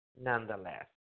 nonetheless